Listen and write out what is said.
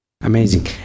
amazing